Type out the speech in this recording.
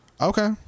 Okay